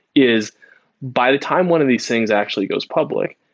is by the time one of these things actually goes public,